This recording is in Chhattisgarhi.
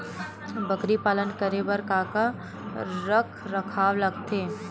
बकरी पालन करे बर काका रख रखाव लगथे?